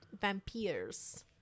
Vampires